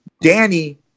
Danny